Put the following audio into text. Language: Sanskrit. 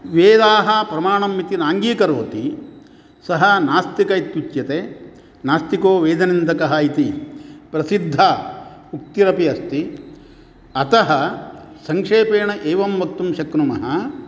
वेदाः प्रमाणम् इति नाङ्गीकरोति सः नास्तिकः इत्युच्यते नास्तिको वेदनिन्दकः इति प्रसिद्धा उक्तिरपि अस्ति अतः संक्षेपेण एवं वक्तुं शक्नुमः